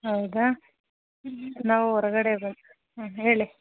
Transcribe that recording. ಹೌದಾ ನಾವು ಹೊರ್ಗಡೆ ಇರೋದು ಹಾಂ ಹೇಳಿ